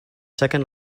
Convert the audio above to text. second